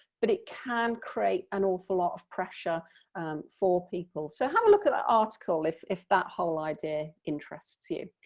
but it can create an awful lot of pressure for people so have a look at that article, if if that whole idea interests you.